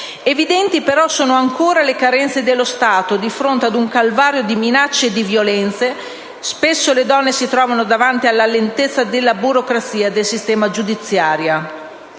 Evidenti però sono ancora le carenze dello Stato di fronte ad un calvario di minacce e di violenze: spesso le donne si trovano davanti alla lentezza della burocrazia del sistema giudiziario.